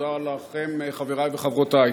תודה לכם, חברי וחברותי.